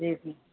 जी जी